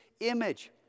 image